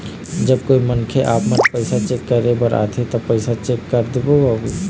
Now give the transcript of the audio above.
जब कोई मनखे आपमन पैसा चेक करे बर आथे ता पैसा चेक कर देबो बाबू?